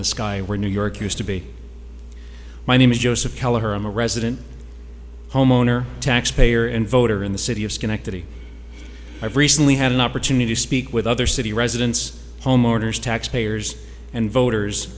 the sky where new york used to be my name is joseph kelleher i'm a resident homeowner taxpayer and voter in the city of schenectady i've recently had an opportunity to speak with other city residents homeowners taxpayers and voters